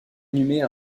inhumé